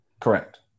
Correct